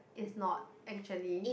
it's not actually